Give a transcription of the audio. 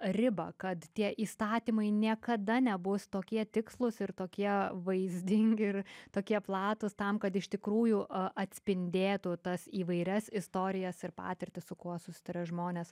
ribą kad tie įstatymai niekada nebus tokie tikslūs ir tokie vaizdingi ir tokie platūs tam kad iš tikrųjų a atspindėtų tas įvairias istorijas ir patirtį su kuo susiduria žmonės